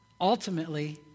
Ultimately